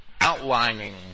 outlining